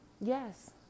yes